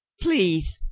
please,